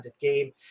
game